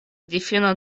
difino